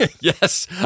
Yes